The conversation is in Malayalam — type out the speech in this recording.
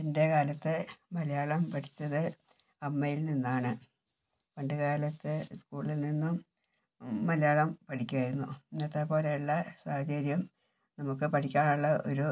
എൻ്റെ കാലത്ത് മലയാളം പഠിച്ചത് അമ്മയിൽ നിന്നാണ് പണ്ട് കാലത്ത് സ്കൂളിൽ നിന്നും മലയാളം പഠിക്കുവായിരുന്നു ഇന്നത്തെപോലെയുള്ള സാഹചര്യം നമുക്ക് പഠിക്കാൻ ഉള്ള ഒരു